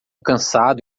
cansado